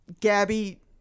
gabby